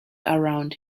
around